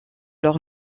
leur